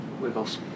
Wiggles